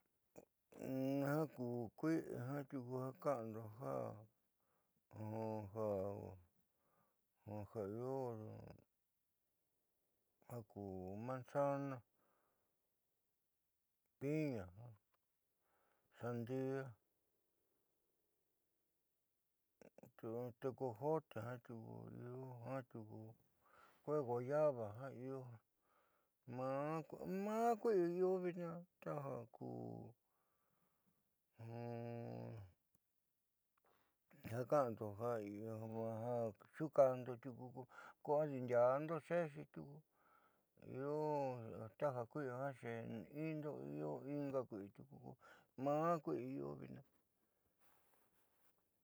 Ja ku kui'i ja ka'ando ja io ja ku manzana, piña, sandia, te- tecojote jiaa tiuku kuee guayaba jiaa io maa'maa kui'i io vitnaa taja ku ja ka'ando ja io xuukaajndo tiuku ko adiindiaando xeexi tiuku io taja kui'i xeendo io inga kui'i tiuku maa kui'i io vitnaa.